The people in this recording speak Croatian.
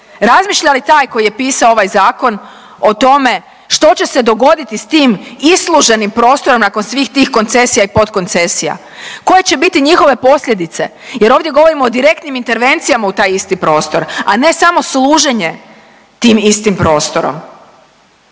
Razmišlja li taj koji je pisao ovaj zakon o tome što će se dogoditi s tim isluženim prostorom nakon svih tih koncesija i podkoncesija? Koje će biti njihove posljedice, jer ovdje govorimo o direktnim intervencijama u taj isti prostor, a ne samo služenje tim istim prostorom.